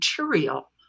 material